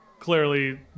clearly